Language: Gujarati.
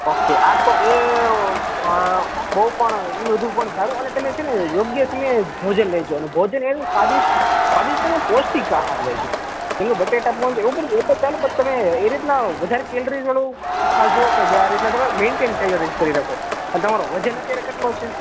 ઓકે આ તો એ બઉ પણ એ બધું પણ સારું અને તમે છે ને યોગ્ય સમયે ભોજન લેજો ભોજન એવું સ્વાદિસ્ટ સ્વાદિસ્ટ અને પૌષ્ટિક આહાર લેજો ને બટેટા પૌવા ને એ તો ચાલે પણ તમે એ રીતના વધારે કેલરીઝવાળું ખાજો જે આ રીતના તમે મેઇન્ટેન કેલરીઝ કરી શકો અને તમારું વજન અત્યારે કેટલું છે